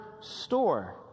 store